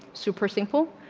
super simple.